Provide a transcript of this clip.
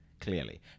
clearly